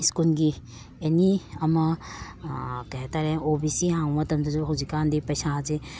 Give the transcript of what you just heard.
ꯁ꯭ꯀꯨꯜꯒꯤ ꯑꯦꯅꯤ ꯑꯃ ꯀꯩ ꯍꯥꯏꯇꯔꯦ ꯑꯣ ꯕꯤ ꯁꯤ ꯍꯥꯡꯕ ꯃꯇꯝꯗꯁꯨ ꯍꯧꯖꯤꯛ ꯀꯥꯟꯗꯤ ꯄꯩꯁꯥꯁꯦ